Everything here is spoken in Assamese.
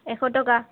এশ টকা